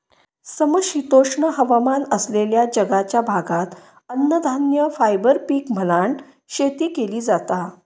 समशीतोष्ण हवामान असलेल्या जगाच्या भागात अन्नधान्य, फायबर पीक म्हणान शेती केली जाता